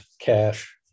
cash